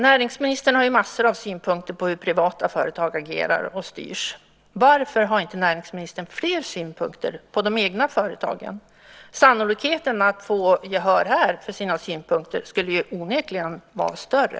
Näringsministern har ju massor av synpunkter på hur privata företag agerar och styrs, varför har inte näringsministern fler synpunkter på de egna företagen? Sannolikheten att få gehör för sina synpunkter där skulle onekligen vara större.